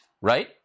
Right